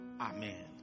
amen